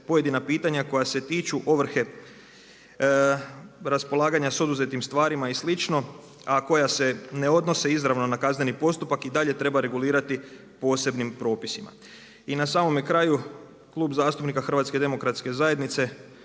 pojedina pitanja koja se tiču ovrhe, raspolaganja sa oduzetim stvarima i slično a koja se ne odnose izravno na kazneni postupak i dalje trebaju regulirati posebnim propisima. U prvom čitanju prijedloga ovih zakona